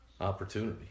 opportunity